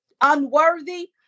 unworthy